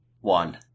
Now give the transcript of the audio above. One